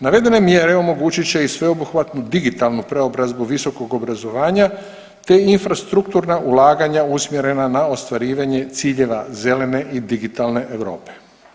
Navedene mjere omogućit će i sveobuhvatnu digitalnu preobrazbu visokog obrazovanja te infrastrukturna ulaganja usmjerena na ostvarivanja ciljeva zelene i digitalne Europe.